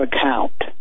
account